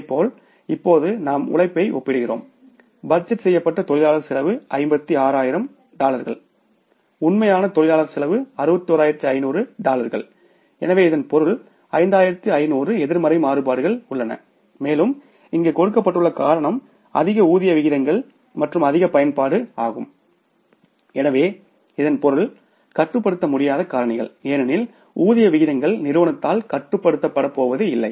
இதேபோல் இப்போது நாம் உழைப்பை ஒப்பிடுகிறோம் பட்ஜெட் செய்யப்பட்ட தொழிலாளர் செலவு 56000 டாலர்கள் உண்மையான தொழிலாளர் செலவு 61500 டாலர்கள் எனவே இதன் பொருள் 5500 எதிர்மறை மாறுபாடுகள் உள்ளன மேலும் இங்கு கொடுக்கப்பட்டுள்ள காரணம் அதிக வேஜ் ரேட்ஸ் மற்றும் அதிக பயன்பாடு ஆகும் எனவே இதன் பொருள் கட்டுப்படுத்த முடியாத காரணிகள் ஏனெனில் வேஜ் ரேட்ஸ் நிறுவனத்தால் கட்டுப்படுத்தப்படுவதில்லை